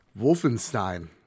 Wolfenstein